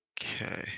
Okay